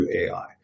AI